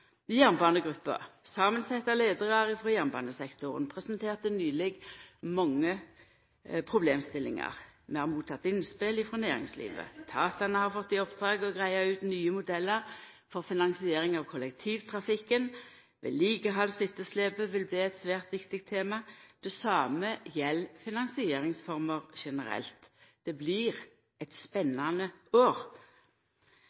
jernbanesektoren, presenterte nyleg mange problemstillingar. Vi har motteke innspel frå næringslivet. Etatane har fått i oppdrag å greia ut nye modellar for finansiering av kollektivtrafikken. Vedlikehaldsetterslepet vil bli eit svært viktig tema. Det same gjeld finansieringsformer generelt. Det blir eit